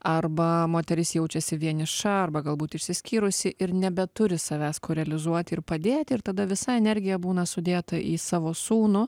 arba moteris jaučiasi vieniša arba galbūt išsiskyrusi ir nebeturi savęs kur realizuoti ir padėti ir tada visa energija būna sudėta į savo sūnų